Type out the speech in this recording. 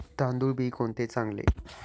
तांदूळ बी कोणते चांगले?